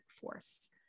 force